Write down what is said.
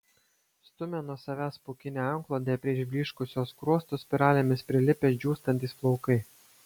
stumia nuo savęs pūkinę antklodę prie išblyškusio skruosto spiralėmis prilipę džiūstantys plaukai